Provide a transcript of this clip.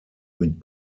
mit